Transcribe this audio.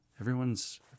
everyone's